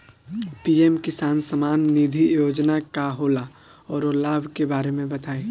PM Kisan Samman Nidhi Yojana का होला औरो लाभ के बारे में बताई?